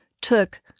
took